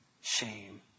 shame